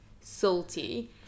salty